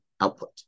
output